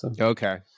Okay